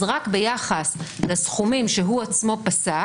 רק ביחס לסכומים שהוא עצמו פסק,